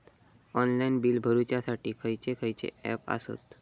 Online bill भरुच्यासाठी खयचे खयचे ऍप आसत?